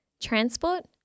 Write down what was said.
transport